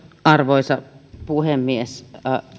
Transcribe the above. arvoisa puhemies